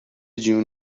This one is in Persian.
جون